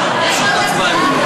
הצעת חוק הרשות לטקסים וסמלים ממלכתיים,